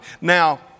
Now